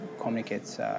communicates